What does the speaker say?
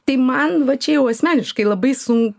tai man va čia jau asmeniškai labai sun